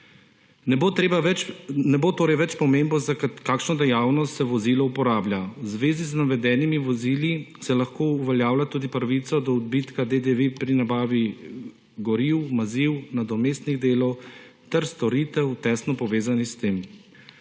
Ne bo torej več pomembno, za kakšno dejavnost se vozilo uporablja. V zvezi z navedenimi vozili se lahko uveljavlja tudi pravica do odbitka DDV pri nabavi goriv, maziv, nadomestnih delov ter storitev, tesno povezanih s tem.